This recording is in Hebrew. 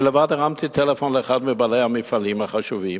אני לבד הרמתי טלפון לאחד מבעלי המפעלים החשובים